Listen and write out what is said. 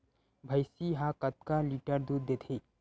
भंइसी हा कतका लीटर दूध देथे?